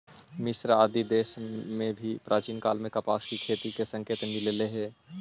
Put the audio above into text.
मिस्र आदि देश में भी प्राचीन काल में कपास के खेती के संकेत मिलले हई